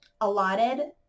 allotted